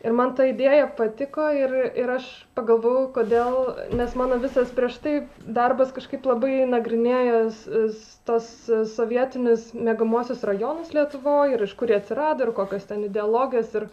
ir man ta idėja patiko ir ir aš pagalvojau kodėl nes mano visas prieš tai darbas kažkaip labai nagrinėjęs tuos sovietinius miegamuosius rajonus lietuvoj ir iš kurie atsirado ir kokios ten ideologijos ir